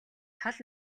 тал